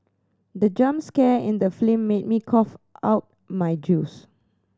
the jump scare in the film made me cough out my juice